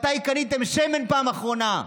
מתי קניתם שמן פעם אחרונה?